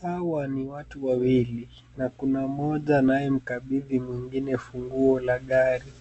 Hawa ni watu wawili, na kuna mmoja anayemkabidhi mwingine funguo la gari.